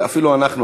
אפילו אנחנו,